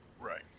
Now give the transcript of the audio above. Right